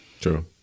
true